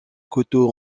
coteau